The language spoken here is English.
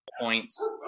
points